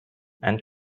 and